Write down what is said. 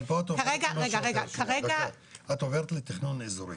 אבל פה את עוברת לתכנון אזורי.